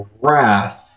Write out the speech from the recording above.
wrath